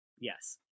Yes